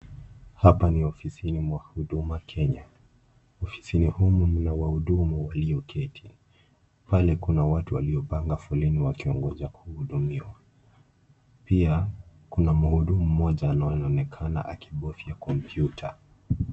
Hapa ni ofisini mwa huduma Kenya. Ofisini humu mna wahudumu walioketi. Pale kuna watu waliopanga foleni wakiongoja kuhudumiwa. Pia kuna mhudumu moja anaonekana akibofya kompyuta.